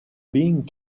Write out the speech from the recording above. being